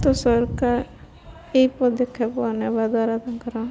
ତ ସରକାର ଏଇ ପଦକ୍ଷେକୁ ନେବା ଦ୍ୱାରା ତାଙ୍କର